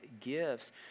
gifts